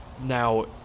Now